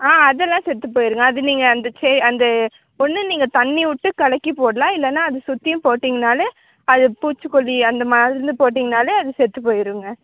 ஆ அதெல்லாம் செத்துப் போயிருங்க அது நீங்கள் அந்த செ அந்த ஒன்று நீங்கள் தண்ணிவுட்டு கலக்கி போடலாம் இல்லைன்னா அதை சுற்றியும் போட்டிங்னாலே அது பூச்சிக்கொல்லி அந்த மருந்து போட்டிங்னாலே அது செத்துப் போயிருங்க